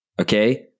okay